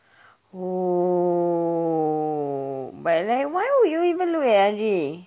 !whoa! but like why would you even look at andre